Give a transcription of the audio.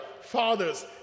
Fathers